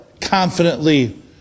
confidently